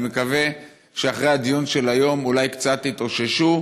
אני מקווה שאחרי הדיון של היום אולי קצת יתאוששו,